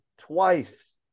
twice